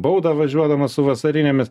baudą važiuodamas su vasarinėmis